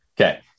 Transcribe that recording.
Okay